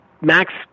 Max